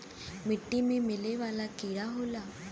मिट्टी में मिले वाला कीड़ा होला